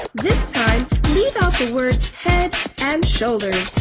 this time leave out the words head and shoulders